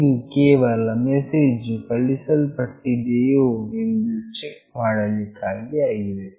ಇದು ಕೇವಲ ಮೆಸೇಜ್ ವು ಕಳುಹಿಸಲ್ಪಟ್ಟಿದೆಯೋ ಎಂದು ಚೆಕ್ ಮಾಡಲಿಕ್ಕಾಗಿ ಆಗಿದೆ